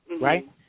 right